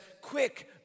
quick